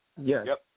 Yes